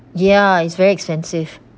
ya it's very expensive